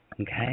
Okay